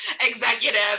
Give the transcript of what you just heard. executive